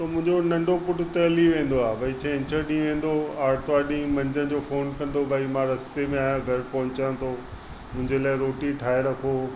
त मुंहिंजो नंढो पुटु त हली वेंदो आहे भई छंछरु ॾींहुं वेंदो आरितवारु ॾींहुं मंझंदि जो फ़ोन कंदो भई मां रस्ते में आहियां घरु पहुचा थो मुंहिंजे लाइ रोटी ठाहे रखो